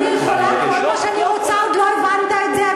אני יכולה כל מה שאני רוצה, עוד לא הבנת את זה?